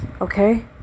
Okay